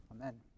Amen